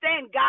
God